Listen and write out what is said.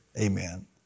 amen